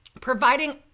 providing